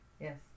Yes